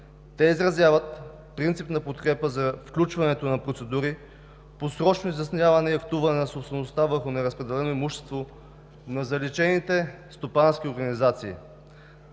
Те изразяват принципна подкрепа за включването на процедури по срочно изясняване и актуване на собствеността върху неразпределеното имущество на заличените стопански организации